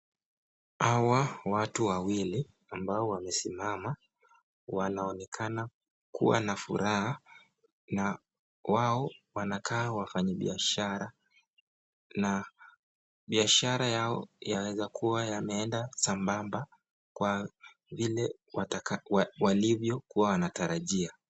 Hawa watu wawili ambao wamesimama wanaonekana kuwa na furaha na wao wanakaa wafanyibiashara na biashara yao yaweza kuwa yameeda sambamba kwa vile walivyokuwa wanatarajia.